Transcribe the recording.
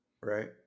Right